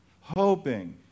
hoping